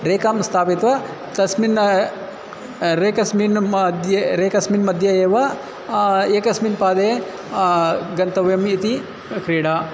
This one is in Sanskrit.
रेखां स्थापितवान् तस्मिन् रेखेस्मिन् मध्ये रेखेस्मिन् मध्ये एव एकस्मिन् पादे गन्तव्यम् इति क्रीडा